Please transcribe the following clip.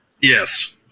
Yes